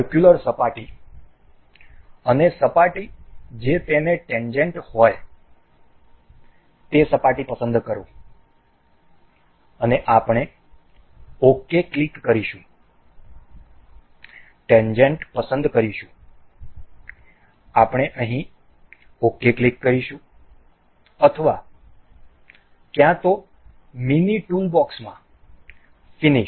circular સપાટી અને સપાટી જે તેને ટેન્જેન્ટ હોય તે સપાટી પસંદ કરો અને અમે ok ક્લિક કરીશું ટેન્જેન્ટ પસંદ કરીશું આપણે અહીં ok ક્લિક કરીશું અથવા ક્યાં તો મીની ટૂલબોક્સમાં ફિનિશ